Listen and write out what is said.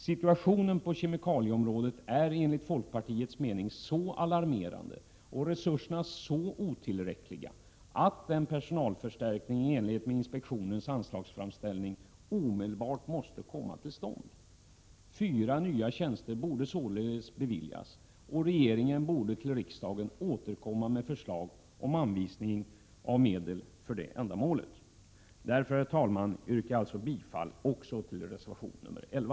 Situationen på kemikalieområdet är enligt folkpartiets mening så alarmerande och resurserna så otillräckliga att en personalförstärkning i enlighet med inspektionens anslagsframställning omedelbart måste komma till stånd. Fyra nya tjänster borde således beviljas, och regeringen borde till riksdagen återkomma med förslag om anvisning av medel för det ändamålet. Därför, herr talman, yrkar jag bifall också till reservation nr 11.